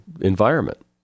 environment